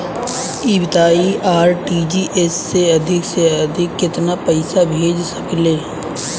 ई बताईं आर.टी.जी.एस से अधिक से अधिक केतना पइसा भेज सकिले?